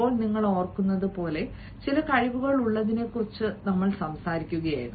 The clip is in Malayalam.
ഇപ്പോൾ നിങ്ങൾ ഓർക്കുന്നത് പോലെ ചില കഴിവുകൾ ഉള്ളതിനെക്കുറിച്ച് സംസാരിക്കുകയായിരുന്നു